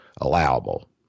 allowable